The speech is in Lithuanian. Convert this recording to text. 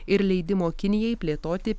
ir leidimo kinijai plėtoti